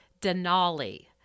Denali